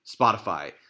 Spotify